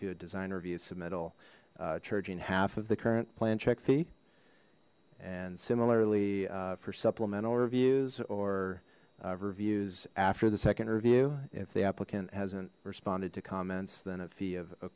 to a design review submit all charging half of the current plan check fee and similarly for supplemental reviews or reviews after the second review if the applicant hasn't responded to comments than a fee of a